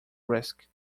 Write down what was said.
risk